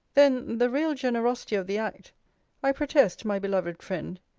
then the real generosity of the act i protest, my beloved friend,